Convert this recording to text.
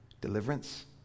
deliverance